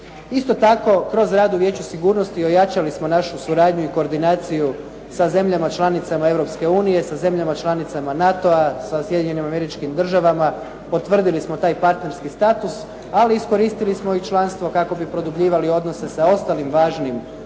Isto tako, kroz rad u Vijeću sigurnosti ojačali smo našu suradnju i koordinaciju sa zemljama članicama Europske unije, sa zemljama članicama NATO-a, sa Sjedinjenim Američkim Državama, potvrdili smo taj partnerski status ali iskoristili smo i članstvo kako bi produbljivali odnose sa ostalim važnim velikim